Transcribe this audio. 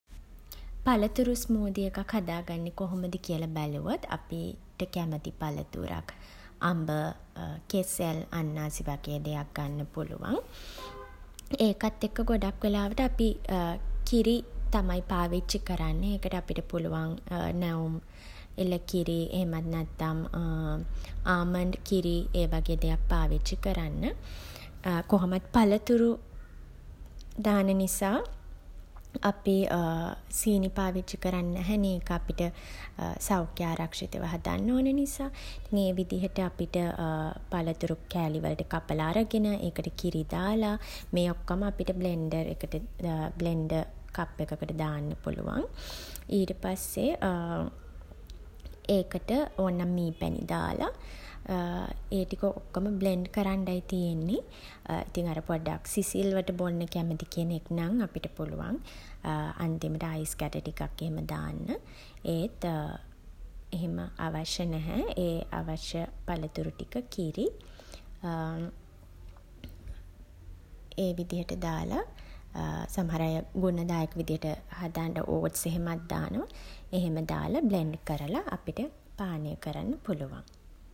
පළතුරු ස්මූදි එකක් හදාගන්නේ කොහොමද කියලා බැලුවොත්, අපිට කැමති පළතුරක් අඹ, කෙසෙල්, අන්නාසි වගේ දෙයක් ගන්න පුළුවන්. ඒකත් එක්ක ගොඩක් වෙලාවට අපි කිරි තමයි පාවිච්චි කරන්නේ. ඒකට අපිට පුළුවන් නැවුම් එළකිරි එහෙමත් නැත්තම් ආමන්ඩ් කිරි ඒ වගේ දෙයක් පාවිච්චි කරන්න. කොහොමත් පළතුරු දාන නිසා අපි සීනි පාවිච්චි කරන් නැහැ නෙ. ඒක අපිට සෞඛ්‍යාරක්ෂිතව හදන්න ඕන නිසා. මේ විදිහට අපිට පළතුරු කෑලි වලට කපලා අරගෙන, ඒකට කිරි දාලා, මේ ඔක්කොම අපිට බ්ලෙන්ඩර් එකට බ්ලෙන්ඩර් කප් එකකට දාන්න පුළුවන්. ඊට පස්සේ ඒකට ඕන්නම් මී පැණි දාල ඒ ටික ඔක්කොම බ්ලෙන්ඩ් කරන්නයි තියෙන්නේ. ඉතින් අර පොඩ්ඩක් සිසිල්වට බොන්න කැමති කෙනෙක් නම්, අපිට පුළුවන් අන්තිමට අයිස් කැට ටිකක් එහෙම දාන්න. ඒත් එහෙම අවශ්‍ය නැහැ. ඒ අවශ්‍ය පළතුරු ටික, කිරි ඒ විදිහට දාල සමහර අය ගුණදායක විදිහට හදන්න ඕට්ස් එහෙමත් දානවා. එහෙම දාල, බ්ලෙන්ඩ් කරලා අපිට පානය කරන්න පුළුවන්.